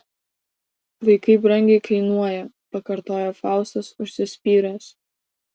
vaikai brangiai kainuoja pakartoja faustas užsispyręs